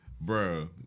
Bro